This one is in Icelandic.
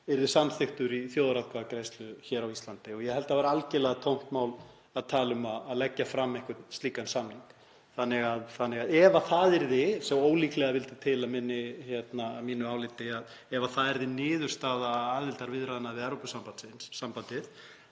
yrði samþykktur í þjóðaratkvæðagreiðslu hér á Íslandi og ég held að það væri algerlega tómt mál að tala um að leggja fram einhvern slíkan samning. Ef það yrði, ef svo ólíklega vildi til, að mínu áliti, að það yrði niðurstaða aðildarviðræðna við Evrópusambandið